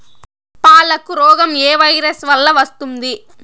పాలకు రోగం ఏ వైరస్ వల్ల వస్తుంది?